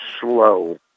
slow